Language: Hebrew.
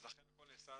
לכן הכל נעשה